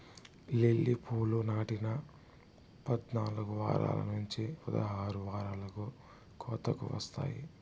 lily పూలు నాటిన పద్నాలుకు వారాల నుంచి పదహారు వారాలకు కోతకు వస్తాయి